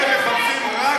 אתם, רק למי, אחריות.